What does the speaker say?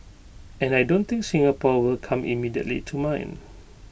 and I don't think Singapore will come immediately to mind